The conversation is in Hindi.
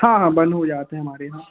हाँ हाँ बन हो जाते हैं हमारे यहाँ